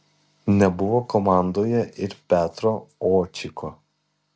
nebuvo komandoje ir petro očiko